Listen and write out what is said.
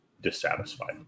dissatisfied